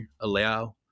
allow